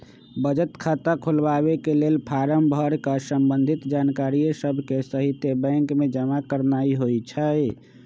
बचत खता खोलबाके लेल फारम भर कऽ संबंधित जानकारिय सभके सहिते बैंक में जमा करनाइ होइ छइ